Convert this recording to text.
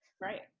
right